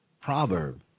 proverb